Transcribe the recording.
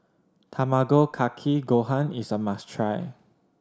Tamago Kake Gohan is a must try